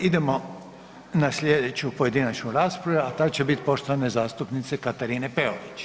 Idemo na slijedeću pojedinačnu raspravu, a ta će biti poštovane zastupnice Katarine Peović.